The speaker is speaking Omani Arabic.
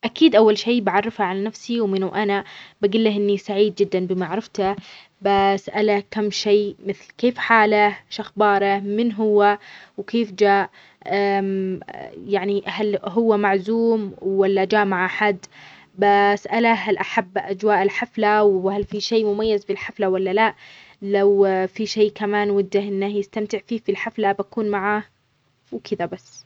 أكيد أول شي بعرفه على نفسي ومنه أنا بقله أني سعيد جدا بمعرفته، بسأله كم شي مثل كيف حاله؟ شخباره؟ من هو؟ وكيف جا؟ يعني هل هو معزوم ولا جا مع حد؟ بسأله هل أحب أجواء الحفلة؟ وهل في شي مميز في الحفلة ولا لا؟ لو في شي كمان وده أنه يستمتع فيه في الحفلة بكون معاه، وكذا بس.